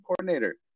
coordinator